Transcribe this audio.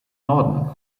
norden